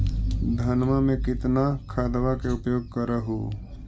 धानमा मे कितना खदबा के उपयोग कर हू?